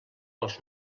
els